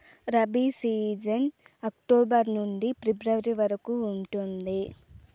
rabi season October నుండి February వరకు ఉంటుంది